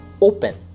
open